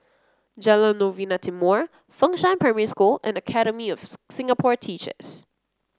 Jalan Novena Timor Fengshan Primary School and Academy of Singapore Teachers